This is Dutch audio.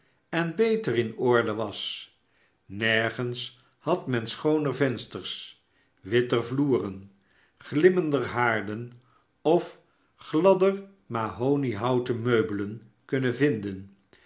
en beter in orde was nergens had men schooner vensters witter vloeren glimmender haarden of gladder roahoniehouten meubelen kunnen vinden